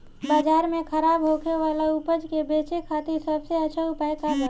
बाजार में खराब होखे वाला उपज के बेचे खातिर सबसे अच्छा उपाय का बा?